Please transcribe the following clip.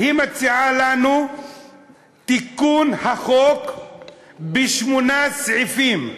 היא מציעה לנו תיקון החוק בשמונה סעיפים.